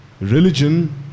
religion